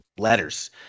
Letters